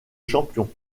champion